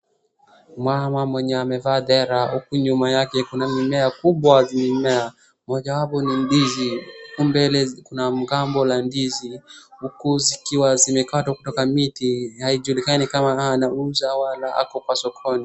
Mama mwenye amevaa dela huku nyuma yake kuna mimea kubwa vimemea. Mojawapo ni ndizi, hapo mbele kuna mgomba la ndizi huku zikiwa zimekatwa kutoka miti. Haijulikani kama anauza wala ako kwa sokoni.